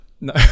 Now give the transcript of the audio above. No